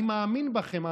אני מאמין בכם,